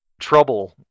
trouble